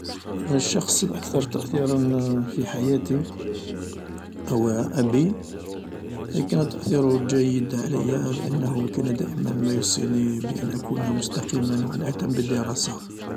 الشخص الأكثر تأثيرا في حياتي هو أبي كان تأثيره جيد علي لأنه كان دائما ما يوصيني بأن أكون مستقيما و أهتم بالدراسة.